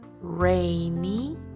Rainy